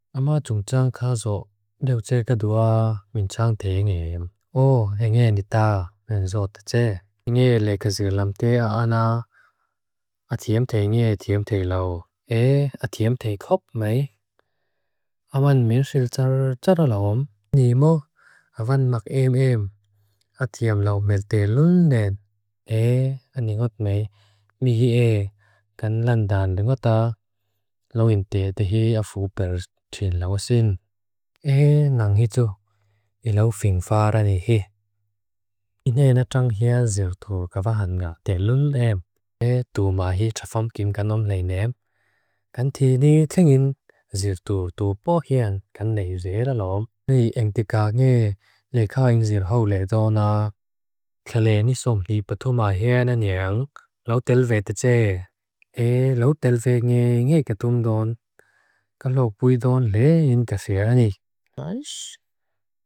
Ama chung tsang khazo. Ndeu tse kadua min tsang te ngeem. Oh, e nge nita. Men zot tse. Nge lekazur lam te a ana. A tiam te nge tiam te lau. Eh, a tiam te kop, mei. Aman menshil tsar tsara laom. Nimo, aman mak eem eem. A tiam lau med te lunden. Eh, ani ngot, mei. Nihi e. Kan landan lingota. Eh, nangitu. I lau fing farani he. I ne na tsang hea zirtu kava hanga. Te lunden. Eh, tu ma he chafam kimganom leinem. Kan tini tingin zirtu tu bohean. Kan nei zera laom. Nui eng tika nge lekazur hau le do na. Kla le ni som. I patu ma hea na niang. Lau telve tse tse. Eh, lau telve nge. Eh, nge ketum don. Kalau kuidon lein tesera ni. Aish.